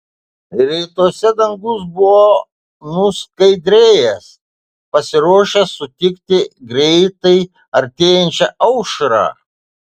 rytuose dangus buvo nuskaidrėjęs pasiruošęs sutikti greitai artėjančią aušrą